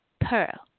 pearl